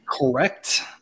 Correct